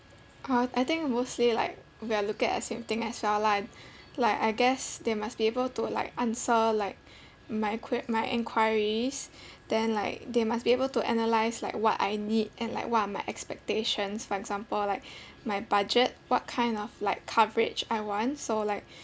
uh I think mostly like we're looking at the same thing as well lah like I guess they must be able to like answer like my enquir~ my enquiries then like they must be able to analyse like what I need and like what are my expectations for example like my budget what kind of like coverage I want so like